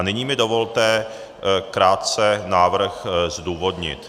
Nyní mi dovolte krátce návrh zdůvodnit.